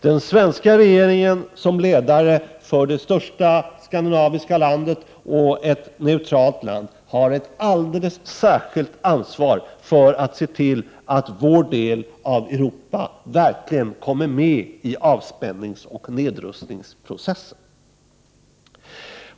Den svenska regeringen, som ledare för det största skandinaviska landet och för ett neutralt land, har ett alldeles särskilt ansvar för att se till att vår del av Europa verkligen kommer med i avspänningsoch nedrustningsprocessen.